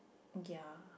ya